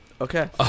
Okay